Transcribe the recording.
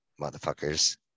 motherfuckers